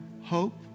hope